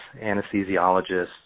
anesthesiologists